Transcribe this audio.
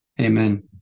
Amen